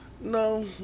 No